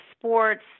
sports